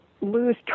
lose